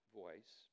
voice